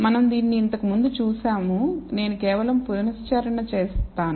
మనం దీన్ని ఇంతకు ముందు చూసాము నేను కేవలం పునశ్చరణ చేశాను